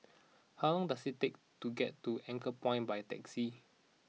how long does it take to get to Anchorpoint by taxi